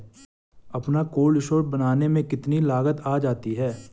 अपना cold store बनाने में कितनी लागत आ जाती है?